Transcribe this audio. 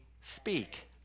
speak